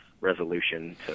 resolution